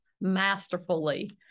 masterfully